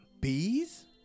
Bees